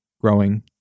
growing